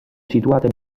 situate